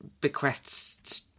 bequests